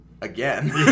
again